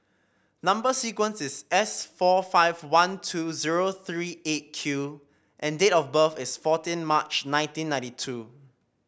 number sequence is S four five one two zero three Eight Q and date of birth is fourteen March nineteen ninety two